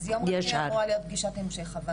אז יום רביעי אמורה להיות פגישת המשך.